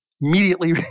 immediately